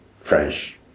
French